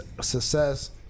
success